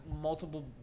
multiple